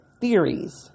theories